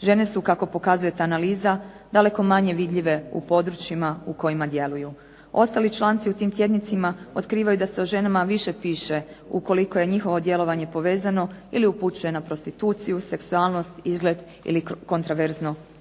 Žene su kako pokazuje ta analiza daleko manje vidljive u područjima u kojima djeluju. Ostali članci u tim tjednicima otkrivaju da se o ženama više piše ukoliko je njihovo djelovanje povezano, ili upućuje na prostituciju, seksualnost, izgled ili kontraverzno